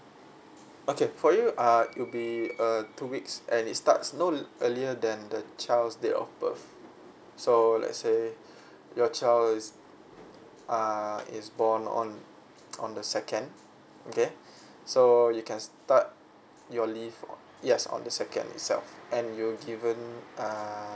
okay for you uh it'll be a two weeks and it starts no earlier than child's date of birth so let say your child is uh is born on on the second okay so you can start your leave yes on the second itself and you'll given uh